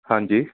ਹਾਂਜੀ